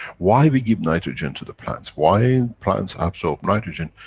why we give nitrogen to the plants? why and plants absorb nitrogen?